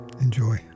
Enjoy